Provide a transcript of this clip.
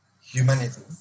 humanity